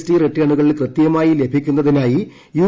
T റിട്ടേണുകൾ കൃത്യമായി ലഭിക്കുന്നതിനായി യു